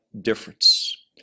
difference